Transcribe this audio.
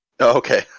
Okay